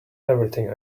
everything